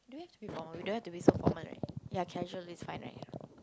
do we have to be formal we don't have to be so formal right ya casual is fine right